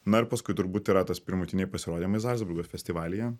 na ir paskui turbūt yra tas pirmutiniai pasirodymai zalcburgo festivalyje